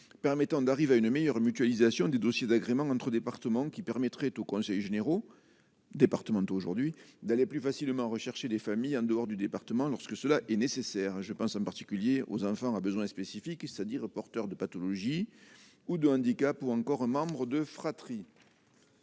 permettant d'arriver à une meilleure mutualisation du dossier d'agrément entre départements qui permettrait aux conseils généraux départementaux aujourd'hui d'aller plus facilement rechercher des familles en dehors du département, lorsque cela est nécessaire, je pense en particulier aux enfants à besoins spécifiques, c'est-à-dire porteurs de pathologies ou de handicap ou encore un membre de fratrie.